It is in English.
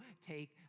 take